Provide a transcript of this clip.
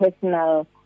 personal